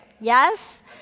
yes